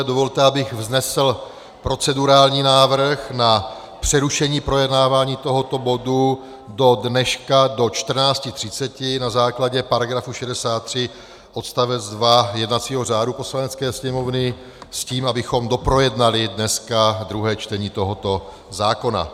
Dovolte, abych vznesl procedurální návrh na přerušení projednávání tohoto bodu do dneška do 14.30 na základě § 63 odst. 2 jednacího řádu Poslanecké sněmovny, s tím, abychom doprojednali dneska druhé čtení tohoto zákona.